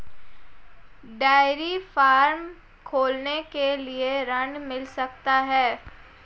Dairy farm खोलने के लिए ऋण मिल सकता है?